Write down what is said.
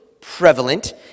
prevalent